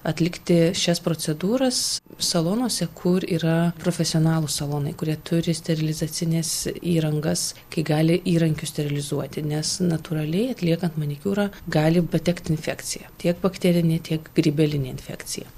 atlikti šias procedūras salonuose kur yra profesionalūs salonai kurie turi sterilizacines įrangas kai gali įrankius sterilizuoti nes natūraliai atliekant manikiūrą gali patekt infekcija tiek bakterinė tiek grybelinė infekcija